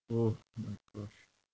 oh my gosh